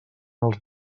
els